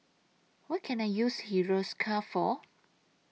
What Can I use Hiruscar For